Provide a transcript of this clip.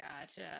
Gotcha